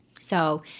So-